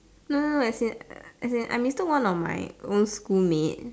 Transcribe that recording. no no as in as in I mistook one of my old school mate